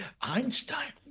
Einstein